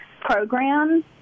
programs